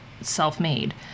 self-made